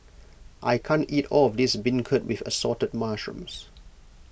I can't eat all of this Beancurd with Assorted Mushrooms